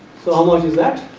so, how much is that